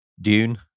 Dune